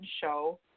show